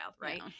Right